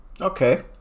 Okay